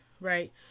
right